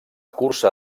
cursa